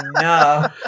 no